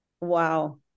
Wow